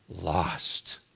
lost